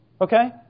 Okay